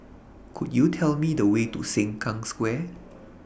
Could YOU Tell Me The Way to Sengkang Square